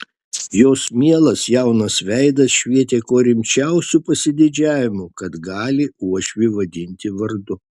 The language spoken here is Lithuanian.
jos mielas jaunas veidas švietė kuo rimčiausiu pasididžiavimu kad gali uošvį vadinti vardu